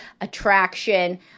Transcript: attraction